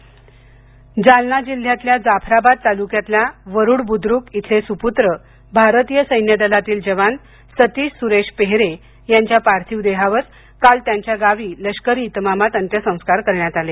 जालना जालना जिल्ह्यातल्या जाफराबाद ताल्क्यातल्या व्रुड बुद्र्क इथले सुपूत्र भारतीय सैन्यदलातील जवान सतीश सुरेश पेहरे यांच्या पार्थिव देहावर काल त्यांच्या गावी लष्करी इतमामात अत्यंसस्कार करण्यात आलं